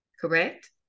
Correct